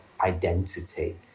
identity